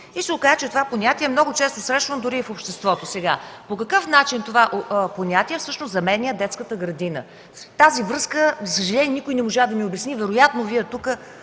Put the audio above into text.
се, че това понятие е много често срещано, дори в обществото. По какъв начин това понятие всъщност заменя детската градина? В тази връзка за съжаление никой не можа да ми обясни, вероятно Вие тук